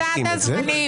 -- לסד הזמנים.